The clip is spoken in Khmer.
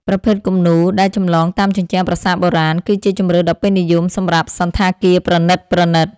ប្រភេទគំនូរ ដែលចម្លងតាមជញ្ជាំងប្រាសាទបុរាណ គឺជាជម្រើសដ៏ពេញនិយមសម្រាប់សណ្ឋាគារប្រណីតៗ។